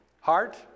heart